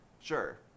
Sure